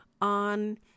on